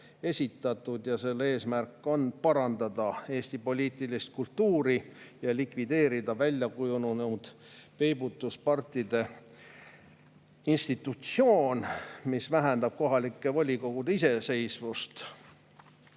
esitatud. Selle eesmärk on parandada Eesti poliitilist kultuuri ja likvideerida väljakujunenud peibutuspartide institutsioon, mis vähendab kohalike volikogude iseseisvust.